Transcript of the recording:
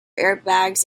airbags